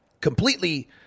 completely